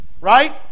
right